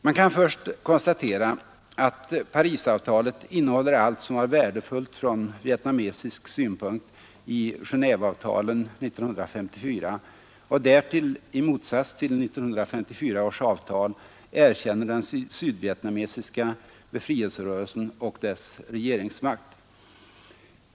Man kan först konstatera att Parisavtalet innehåller allt som var värdefullt från vietnamesisk synpunkt i Genéveavtalen 1954 och därtill — i motsats till 1954 års avtal — erkänner den sydvietnamesiska befrielserörelsen och dess regeringsmakt.